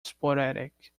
sporadic